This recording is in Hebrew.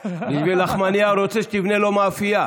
בשביל לחמנייה הוא רוצה שתבנה לו מאפייה.